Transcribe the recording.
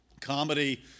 Comedy